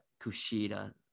kushida